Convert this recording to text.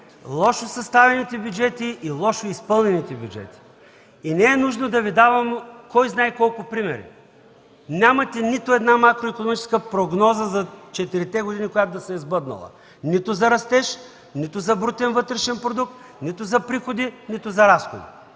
лошо съставените и лошо изпълнените бюджети. Не е нужно да Ви давам кой знае колко примери. Нямате нито една макроикономическа прогноза за четирите години, която да се е сбъднала – нито за растеж, нито за брутен вътрешен продукт, нито за приходи, нито за разходи,